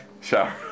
Shower